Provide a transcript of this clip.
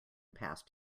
past